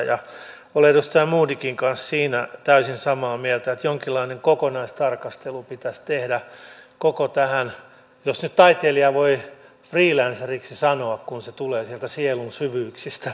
olen edustaja modigin kanssa siitä täysin samaa mieltä että jonkinlainen kokonaistarkastelu pitäisi tehdä tähän jos taiteilijaa nyt voi freelanceriksi sanoa kun se tulee sieltä sielun syvyyksissä